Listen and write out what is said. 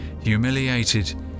humiliated